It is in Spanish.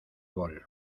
bol